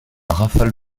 rafale